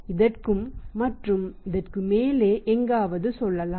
இதற்கும் மற்றும் இதற்கு மேலே எங்காவது செல்லலாம்